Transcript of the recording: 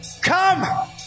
Come